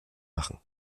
machen